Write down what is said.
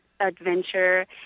adventure